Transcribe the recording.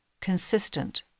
consistent